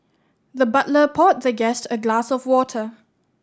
the butler poured the guest a glass of water